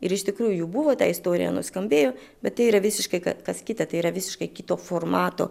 ir iš tikrųjų jų buvo ta istorija nuskambėjo bet tai yra visiškai kas kita tai yra visiškai kito formato